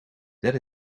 that